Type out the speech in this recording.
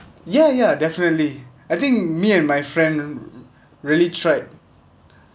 ya ya definitely I think me and my friend mm really tried